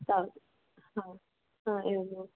तावत् हा एवमेवम्